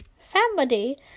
Family